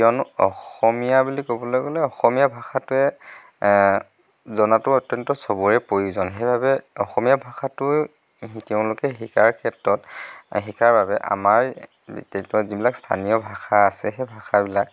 কিয়নো অসমীয়া বুলি ক'বলৈ গ'লে অসমীয়া ভাষাটোৱে জনাতো অত্যন্ত চবৰে প্ৰয়োজন সেইবাবে অসমীয়া ভাষাটো তেওঁলোকে শিকাৰ ক্ষেত্ৰত শিকাৰ বাবে আমাৰ যিবিলাক স্থানীয় ভাষা আছে সেই ভাষাবিলাক